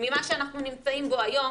ממה שאנחנו נמצאים בו היום,